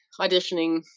auditioning